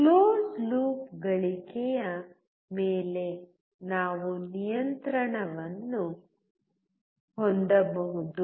ಮುಚ್ಚಿದ ಲೂಪ್ ಗಳಿಕೆಯ ಮೇಲೆ ನಾವು ನಿಯಂತ್ರಣವನ್ನು ಹೊಂದಬಹುದು